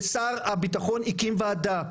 ושר הביטחון הקים ועדה.